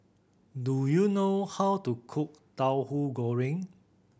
do you know how to cook Tahu Goreng